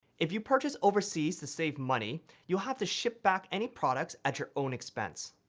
if you purchase overseas to save money you'll have to ship back any products at your own expense.